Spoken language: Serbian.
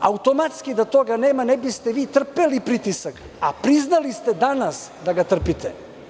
Automatski da toga nema ne biste vi trpeli pritisak, a priznali ste danas da ga trpite.